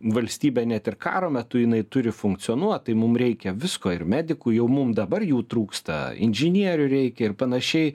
valstybė net ir karo metu jinai turi funkcionuot tai mum reikia visko ir medikų jau mum dabar jau trūksta inžinierių reikia ir panašiai